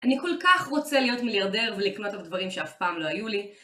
אני כל כך רוצה להיות מיליארדר ולקנות את הדברים שאף פעם לא היו לי